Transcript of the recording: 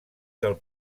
del